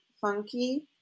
funky